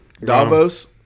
Davos